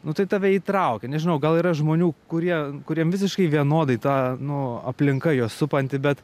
nu tai tave įtraukia nežinau gal yra žmonių kurie kuriem visiškai vienodai ta nu aplinka juos supanti bet